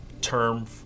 term